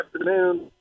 afternoon